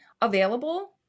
available